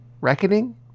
Reckoning